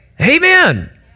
Amen